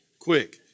Quick